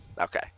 Okay